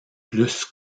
plus